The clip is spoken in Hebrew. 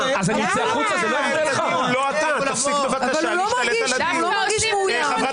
אבל הוא לא מרגיש מאוים.